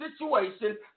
situation